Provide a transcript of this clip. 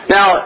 Now